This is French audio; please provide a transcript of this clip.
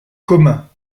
communs